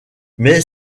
mais